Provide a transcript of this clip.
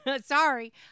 Sorry